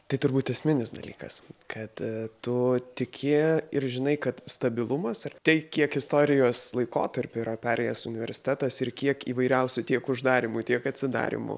tai turbūt esminis dalykas kad tu tiki ir žinai kad stabilumas ar tai kiek istorijos laikotarpį yra perėjęs universitetas ir kiek įvairiausių tiek uždarymų tiek atsidarymų